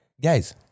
guys